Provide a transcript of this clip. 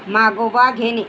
मागोवा घेणे